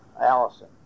Allison